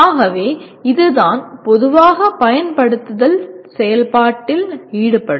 ஆகவே இதுதான் பொதுவாக 'பயன்படுத்துதல்' செயல்பாட்டில் ஈடுபடும்